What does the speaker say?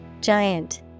Giant